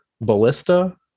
Ballista